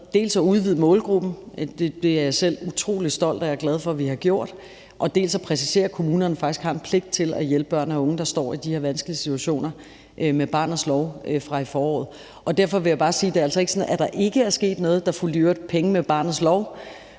dels at udvide målgruppen, og det er jeg selv utrolig stolt af og glad for, at vi har gjort, dels at præcisere, at kommunerne faktisk har en pligt til at hjælpe børn og unge, der står i de her vanskelige situationer, med barnets lov fra dette forår. Derfor vil jeg bare sige, at det jo ikke er sådan, at der ikke er sket noget. Der fulgte i øvrigt penge med barnets lov.